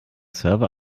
server